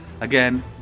again